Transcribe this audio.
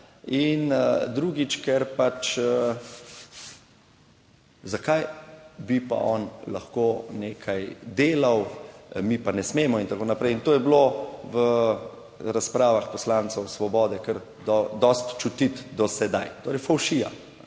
In drugič, ker pač, zakaj bi pa on lahko nekaj delal, mi pa ne smemo in tako naprej. In to je bilo v razpravah poslancev Svobode kar dosti čutiti do sedaj. Torej, fovšija.